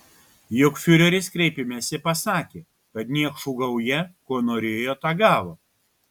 juk fiureris kreipimesi pasakė kad niekšų gauja ko norėjo tą gavo